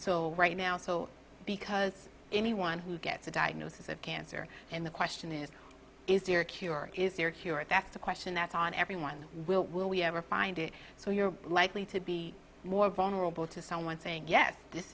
so right now so because anyone who gets a diagnosis of cancer and the question is is there a cure is there a cure it that's the question that's on everyone will we ever find it so you're likely to be more vulnerable to someone saying yes this